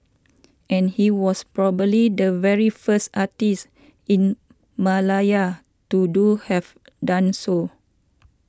and he was probably the very first artist in Malaya to do have done so